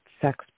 sex